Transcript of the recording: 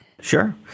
Sure